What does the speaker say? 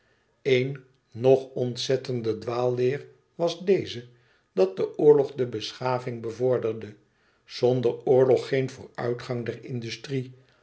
een nog ontzettender dwaalleer was deze dat de oorlog de beschaving bevorderde zonder oorlog geen vooruitgang der industrie